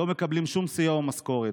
לא מקבלים שום סיוע או משכורת.